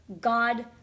God